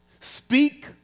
Speak